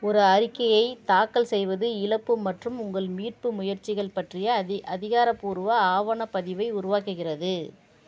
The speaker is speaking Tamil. ஒரு அறிக்கையைத் தாக்கல் செய்வது இழப்பு மற்றும் உங்கள் மீட்பு முயற்சிகள் பற்றிய அதிகாரப்பூர்வ ஆவணப் பதிவை உருவாக்குகிறது